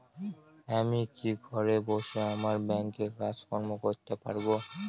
আমি কি ঘরে বসে আমার ব্যাংকের কাজকর্ম করতে পারব?